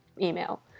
email